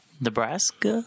Nebraska